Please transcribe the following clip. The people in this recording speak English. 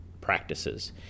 practices